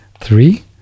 three